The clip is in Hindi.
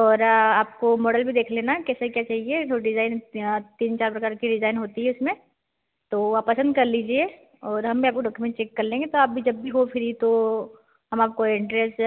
और आपको मॉडल भी देख लेना कैसा क्या चाहिए जो डिज़ाइंस यहाँ तीन चार प्रकार की डिज़ाइन होती हैं इसमें तो आप पसंद कर लीजिए और हम भी आपके डॉक्युमेंट चेक कर लेंगे तो आप भी जब भी हो फ़्री तो हम आपको एड्रेस